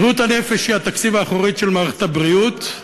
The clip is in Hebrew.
בריאות הנפש היא החצר האחורית של מערכת הבריאות,